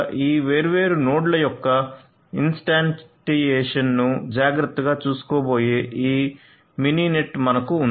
ఈ వేర్వేరు నోడ్ల యొక్క ఇన్స్టాంటియేషన్ను జాగ్రత్తగా చూసుకోబోయే ఈ మినెట్ మనకు ఉంది